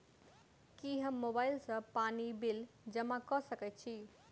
की हम मोबाइल सँ पानि बिल जमा कऽ सकैत छी?